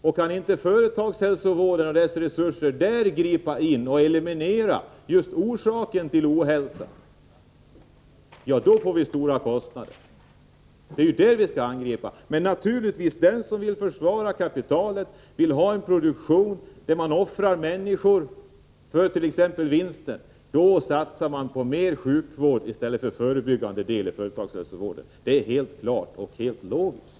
Om inte företagshälsovården med dess resurser kan ingripa och eliminera just orsakerna till ohälsan uppstår det stora kostnader. Men den som vill försvara kapitalet och vill ha produktion, där människor offras för vinsten, satsar på mera sjukvård i stället för på förebyggande insatser inom företagshälsovården. Detta är helt klart och logiskt.